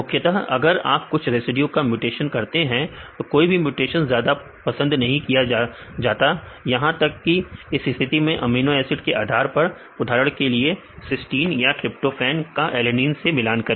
मुख्यत अगर आप कुछ रेसिड्यू का म्यूटेशन करते हैं तो कोई भी म्यूटेशन ज्यादा पसंद नहीं किया जाता यहां तक कि इस स्थिति में अमीनो एसिड के आधार पर उदाहरण के लिए सिस्टीन या ट्रिपटोफैन का एलेनिन से मिलान करें